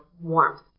warmth